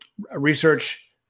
research